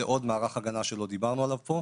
זה עוד מערך הגנה שלא דיברנו עליו פה.